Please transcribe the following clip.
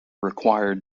required